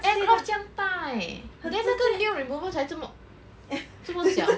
aircraft 将大 leh then 那个 nail remover 才这么这么小